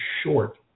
short